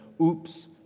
oops